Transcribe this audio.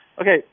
Okay